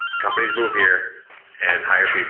companies move here and hire